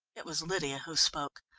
it was lydia who spoke.